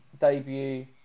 debut